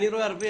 אני רואה הרבה